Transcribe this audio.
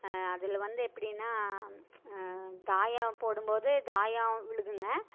அதில் வந்து எப்படின்னா தாயம் போடும்போது தாயம் விழுதுங்க